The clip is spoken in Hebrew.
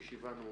ישיבה זו נעולה.